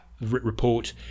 report